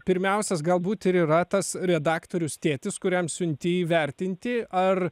pirmiausias galbūt ir yra tas redaktorius tėtis kuriam siunti įvertinti ar